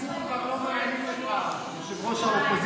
הציבור כבר לא מאמין לך, ראש האופוזיציה.